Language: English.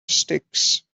sticks